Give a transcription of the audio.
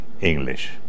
English